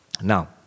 Now